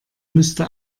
müsste